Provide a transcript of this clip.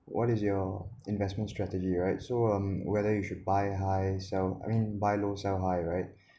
what is your investment strategy right so um whether you should buy high sell I mean buy low sell high right